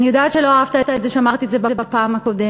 אני יודעת שלא אהבת את זה שאמרתי את זה בפעם הקודמת,